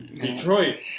Detroit